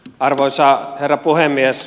arvoisa herra puhemies